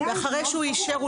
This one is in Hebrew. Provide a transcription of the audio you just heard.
אחרי שהוא אישר,